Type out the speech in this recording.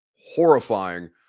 horrifying